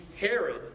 Herod